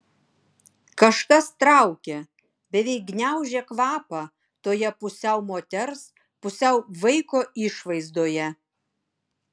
kažkas traukė beveik gniaužė kvapą toje pusiau moters pusiau vaiko išvaizdoje